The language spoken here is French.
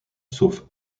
sauf